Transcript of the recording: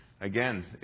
Again